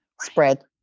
spread